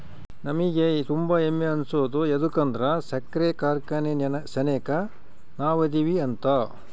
ನಮಿಗೆ ತುಂಬಾ ಹೆಮ್ಮೆ ಅನ್ಸೋದು ಯದುಕಂದ್ರ ಸಕ್ರೆ ಕಾರ್ಖಾನೆ ಸೆನೆಕ ನಾವದಿವಿ ಅಂತ